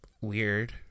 weird